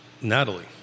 Natalie